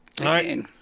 Right